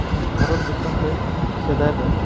ᱵᱷᱟᱨᱚᱛ ᱫᱤᱥᱚᱢ ᱨᱮ ᱥᱮᱫᱟᱭ ᱫᱚ